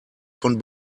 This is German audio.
von